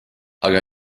aga